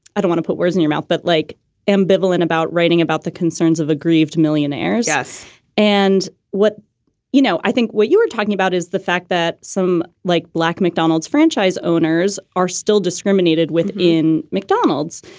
i do want to put words in your mouth, but like ambivalent about writing about the concerns of aggrieved millionaires and what you know. i think what you were talking about is the fact that some, like black mcdonald's franchise owners are still discriminated with in mcdonald's.